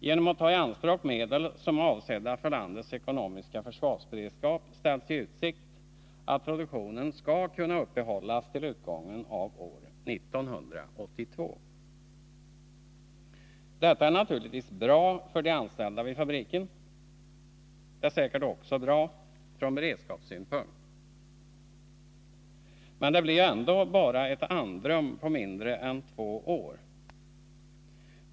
Genom att ta i anspråk medel som är avsedda för landets ekonomiska försvarsberedskap ställs i utsikt att produktionen skall kunna uppehållas till utgången av år 1982. Detta är naturligtvis bra för de anställda vid fabriken. Det är säkerligen också bra från beredskapssynpunkt. Men det blir ju ändå bara ett andrum på mindre än två år.